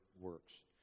works